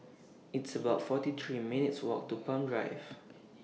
It's about forty three minutes' Walk to Palm Drive